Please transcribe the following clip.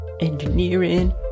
Engineering